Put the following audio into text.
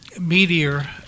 Meteor